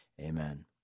Amen